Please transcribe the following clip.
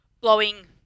blowing